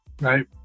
Right